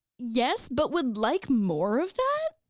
yes, but with like more of that?